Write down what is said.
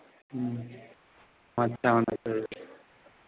अच्छा होना चाहिए